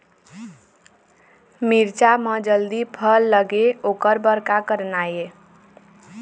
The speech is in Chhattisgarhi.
मिरचा म जल्दी फल लगे ओकर बर का करना ये?